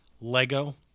lego